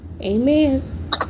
amen